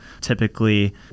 Typically